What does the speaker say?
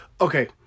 okay